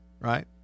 right